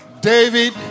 David